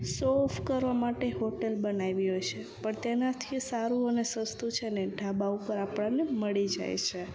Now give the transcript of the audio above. સો off કરવા માટે hotel બનાવી હોય છે પણ તેનાથી સારું અને સસ્તું છે ને ઢાબા ઉપર આપણાને મળી જાય છે